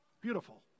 Beautiful